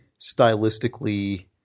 stylistically